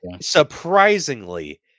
Surprisingly